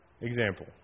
example